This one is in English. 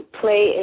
play